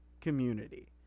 community